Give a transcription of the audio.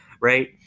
right